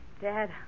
Dad